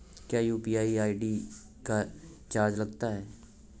क्या UPI ID का charge लगता है?